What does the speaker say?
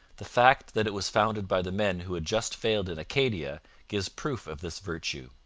the fact that it was founded by the men who had just failed in acadia gives proof of this virtue.